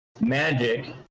Magic